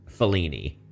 fellini